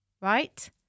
Right